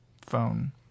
phone